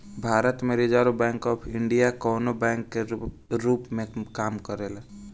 भारत में reserve bank of India कवनो bank के रूप में काम करेले